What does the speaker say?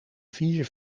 vier